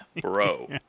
bro